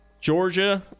georgia